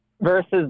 versus